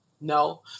No